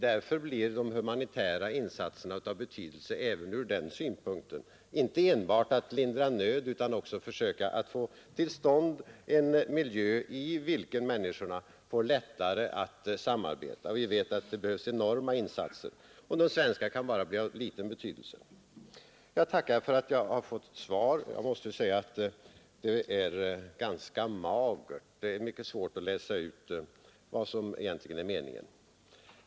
Därför blir de humanitära insatserna av betydelse även ur den synpunkten. Det gäller inte enbart att lindra nöd utan också att försöka få till stånd en miljö i vilken människorna får lättare att samarbeta. Vi vet att det behövs enorma insatser. De svenska kan bara bli av begränsad betydelse, men behövs. Jag tackar för svaret, men jag måste säga att det är ganska magert; det är mycket svårt att läsa ut vad som egentligen är meningen.